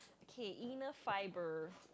K inner fibres